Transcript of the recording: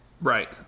Right